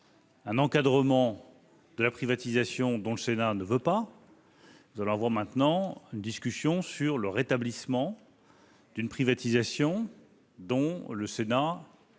l'encadrement d'une privatisation dont le Sénat ne veut pas, nous allons maintenant avoir une discussion sur le rétablissement d'une privatisation dont le Sénat voudra